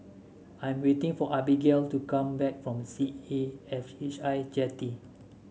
I'm waiting for Abbigail to come back from C A F H I Jetty